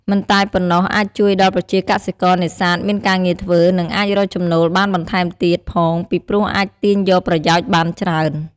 មិនប៉ុណ្ណោះអាចជួយដល់ប្រជាកសិករនេសាទមានការងារធ្វើ និងអាចរកចំណូលបានបន្ថែមទៀតផងពីព្រោះអាចទាញយកប្រយោជន៍បានច្រើន។